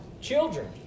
children